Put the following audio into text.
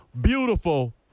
Beautiful